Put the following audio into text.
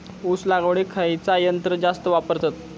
ऊस लावडीक खयचा यंत्र जास्त वापरतत?